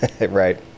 Right